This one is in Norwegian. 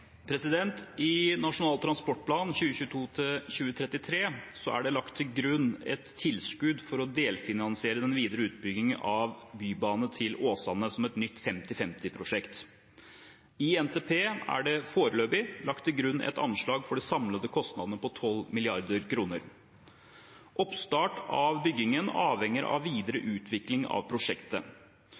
I Nasjonal transportplan for 2022–2033 er det lagt til grunn et tilskudd for å delfinansiere den videre utbyggingen av bybane til Åsane som et nytt 50–50-prosjekt. I NTP er det foreløpig lagt til grunn et anslag for de samlede kostnadene på 12 mrd. kr. Oppstart av byggingen avhenger av videre utvikling av prosjektet.